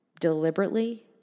deliberately